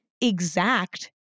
exact